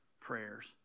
prayers